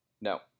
No